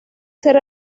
ser